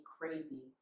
crazy